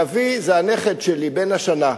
לביא זה הנכד שלי בן השנה.